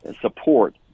support